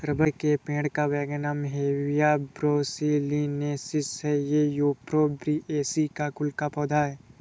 rubber के पेड़ का वैज्ञानिक नाम हेविया ब्रासिलिनेसिस है ये युफोर्बिएसी कुल का पौधा है